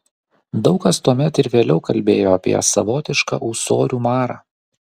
daug kas tuomet ir vėliau kalbėjo apie savotišką ūsorių marą